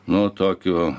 nu tokiu